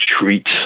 treats